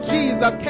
Jesus